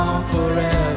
forever